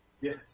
Yes